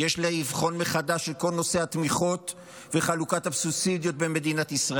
יש לבחון מחדש את כל נושא התמיכות וחלוקת הסובסידיות במדינת ישראל.